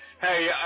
Hey